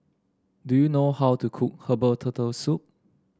do you know how to cook Herbal Turtle Soup